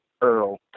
Earl